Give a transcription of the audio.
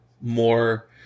more